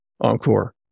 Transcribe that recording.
Encore